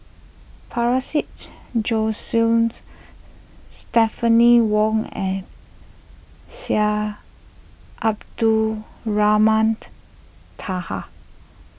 para seeds Stephanie Wong and Syed Abdulrahman Taha